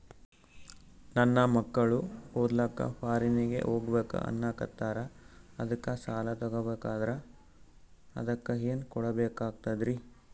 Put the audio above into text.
ನನ್ನ ಮಕ್ಕಳು ಓದ್ಲಕ್ಕ ಫಾರಿನ್ನಿಗೆ ಹೋಗ್ಬಕ ಅನ್ನಕತ್ತರ, ಅದಕ್ಕ ಸಾಲ ತೊಗೊಬಕಂದ್ರ ಅದಕ್ಕ ಏನ್ ಕೊಡಬೇಕಾಗ್ತದ್ರಿ?